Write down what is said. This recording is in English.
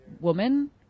woman